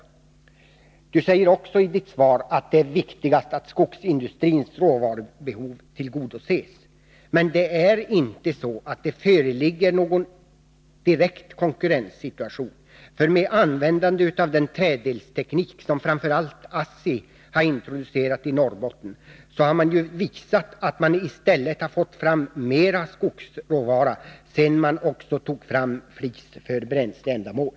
Birgitta Dahl säger också i svaret att det är viktigt att skogsindustrins råvarubehov tillgodoses. Men det föreligger inte någon direkt konkurrenssituation. Med användandet av den träeldningsteknik som framför allt ASSI har introducerat i Norrbotten, har det ju visat sig att man fått fram mer skogsråvara sedan man tog fram flis för bränsleändamål.